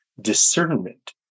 discernment